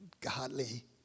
godly